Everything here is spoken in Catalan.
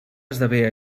esdevé